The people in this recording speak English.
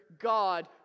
God